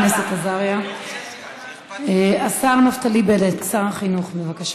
הייתי אומרת: גננות.